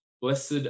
Blessed